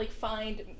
find